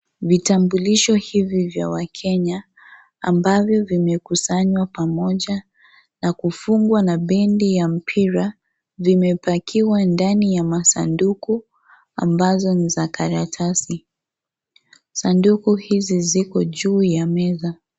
Vitambulisho hivi vya wakenya ambavyo vimekusanywa pamoja na kufungwa na bendi ya mpira vimepakiwa ndani ya masanduku ambazo ni za karatasi sanduku hizo ziko juu ya meza.